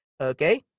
Okay